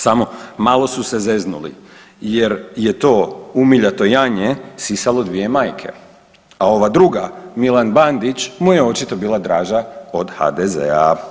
Samo malo su se zeznuli jer je to umiljato janje sisalo dvije majke a ova druga, Milan Bandić mu je očito bila draža od HDZ-a.